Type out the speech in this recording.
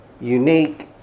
unique